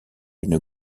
une